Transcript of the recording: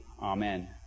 Amen